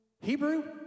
Hebrew